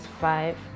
five